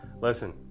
Listen